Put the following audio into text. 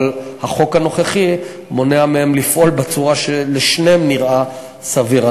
אבל החוק הנוכחי מונע מהם לפעול בצורה שלשניהם נראית סבירה.